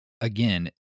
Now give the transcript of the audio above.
Again